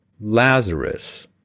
Lazarus